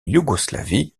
yougoslavie